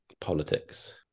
politics